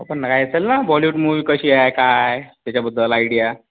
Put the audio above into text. पण असेल ना बॉलीवूड मूवी कशी आहे काय त्याच्याबद्दल आयडिया